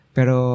pero